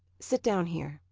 sit down here.